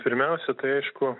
pirmiausia tai aišku